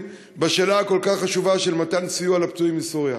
בשאלה החשובה כל כך של מתן סיוע לפצועים מסוריה.